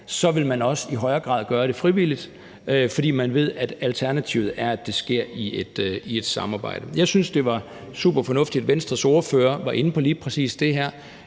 vil man også i højere grad gøre det frivilligt, fordi man ved, at alternativet er, at det sker i et samarbejde. Jeg synes, det var super fornuftigt, at Venstres ordfører var inde på lige præcis det her.